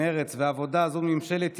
מרצ והעבודה זו ממשלת ימין,